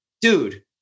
Dude